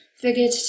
figured